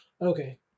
Okay